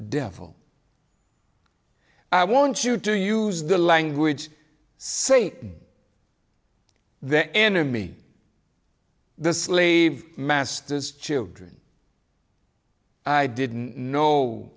devil i want you to use the language same the enemy the sleeve master's children i didn't know